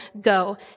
go